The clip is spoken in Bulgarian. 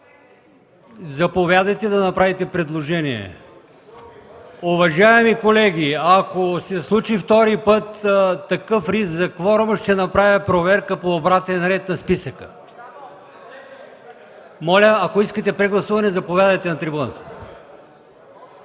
Заповядайте да направите предложение. Уважаеми колеги, ако се случи втори път такъв риск за кворума, ще направя проверка по обратен ред на списъка. Моля, ако искате прегласуване, заповядайте на трибуната.